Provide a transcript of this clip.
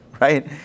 right